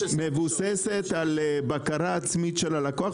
מבוססת על בקרה עצמית של הלקוח,